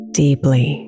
deeply